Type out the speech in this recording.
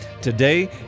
today